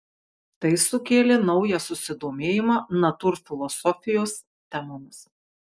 tai sukėlė naują susidomėjimą natūrfilosofijos temomis